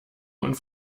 und